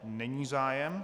Není zájem.